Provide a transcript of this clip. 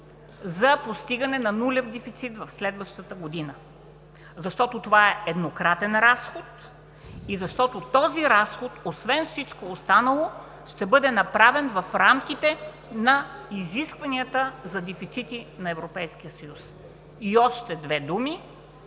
за постигане на нулев дефицит в следващата година. Това е еднократен разход и този разход освен всичко останало ще бъде направен в рамките на изискванията за дефицити на Европейския